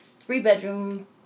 three-bedroom